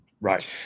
Right